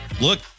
look